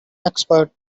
expert